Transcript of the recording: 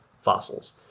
fossils